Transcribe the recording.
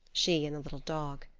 she and the little dog.